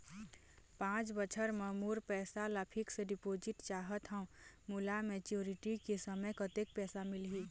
पांच बछर बर मोर पैसा ला फिक्स डिपोजिट चाहत हंव, मोला मैच्योरिटी के समय कतेक पैसा मिल ही?